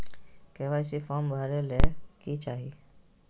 KYC form भरे ले कि चाही?